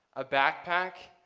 a backpack,